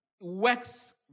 works